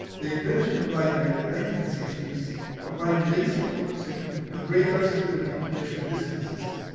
the invention of lidar in the nineteen sixty s combined laser focusing with radar's ability to measure distances.